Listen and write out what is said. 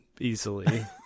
easily